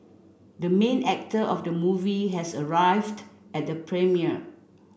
the main actor of the movie has arrived at the premiere